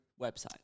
website